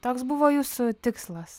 toks buvo jūsų tikslas